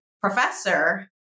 professor